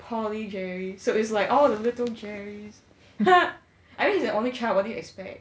poly jerry so it's like all the little jerry's ha I mean he's an only child [what] do you expect